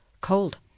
cold